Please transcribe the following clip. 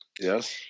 yes